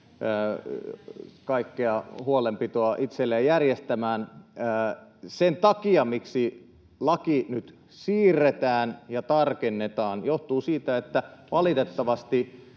kaikkea huolenpitoa itselleen järjestämään. Se, miksi lakia nyt siirretään ja tarkennetaan, johtuu siitä, että valitettavasti